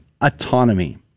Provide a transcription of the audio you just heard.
autonomy